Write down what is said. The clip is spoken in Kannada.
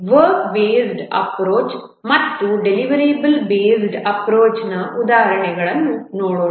ವರ್ಕ್ ಬೇಸ್ಡ್ ಅಪ್ರೋಚ್ ಮತ್ತು ಡೆಲಿವರೇಬಲ್ ಬೇಸ್ಡ್ ಅಪ್ರೋಚ್ನ ಕೆಲವು ಉದಾಹರಣೆಗಳನ್ನು ನೋಡೋಣ